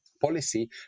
policy